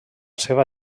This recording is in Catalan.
seva